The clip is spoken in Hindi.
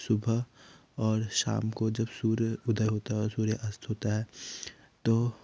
सुबह और शाम को जब सूर्य उदय होता है और सूर्य अस्त होता है तो